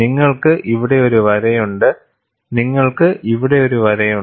നിങ്ങൾക്ക് ഇവിടെ ഒരു വരയുണ്ട് നിങ്ങൾക്ക് ഇവിടെ ഒരു വരയുണ്ട്